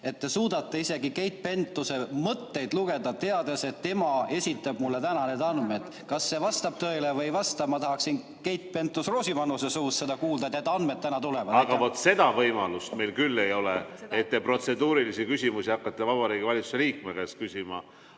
Te suudate isegi Keit Pentuse mõtteid lugeda, teades, et tema esitab mulle täna need andmed. Kas see vastab tõele või ei vasta – ma tahaksin Keit Pentus-Rosimannuse suust kuulda, et need andmed täna tulevad. Aga vaat seda võimalust meil küll ei ole, et te protseduurilisi küsimusi hakkate Vabariigi Valitsuse liikme käest küsima.